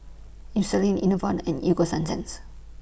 Eucerin Enervon and Ego Sunsense